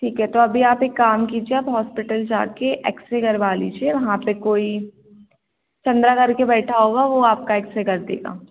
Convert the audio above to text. ठीक है तो अभी आप एक काम कीजिए आप हॉस्पिटल जाकर एक्सरे करवा लीजिए वहाँ पर कोई चंद्रा कर के बैठा होगा वह आपका एक्सरे कर देगा